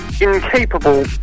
incapable